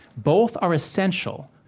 both are essential.